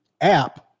App